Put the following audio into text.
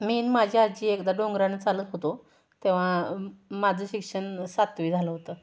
मी माझी आजी एकदा डोंगरानं चालत होतो तेव्हा माझं शिक्षण सातवी झालं होतं